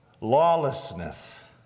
lawlessness